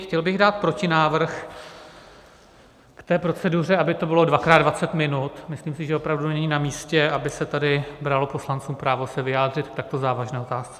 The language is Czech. Chtěl bych dát protinávrh k proceduře, aby to bylo dvakrát 20 minut, myslím si, že opravdu není namístě, aby se tady bralo poslancům právo se vyjádřit k takto závažné otázce.